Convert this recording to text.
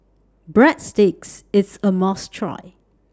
Breadsticks IS A must Try